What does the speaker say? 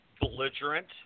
belligerent